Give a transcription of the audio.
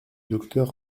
docteur